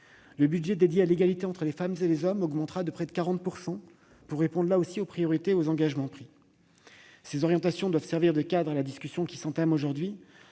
le budget dédié à l'égalité entre les femmes et les hommes augmentera de près de 40 % pour répondre aux priorités et aux engagements pris. Ces orientations doivent servir de cadre à la discussion qui commence aujourd'hui.